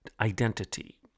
identity